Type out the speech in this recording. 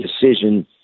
decision